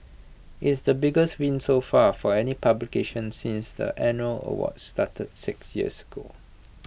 is the biggest win so far for any publication since the annual awards started six years ago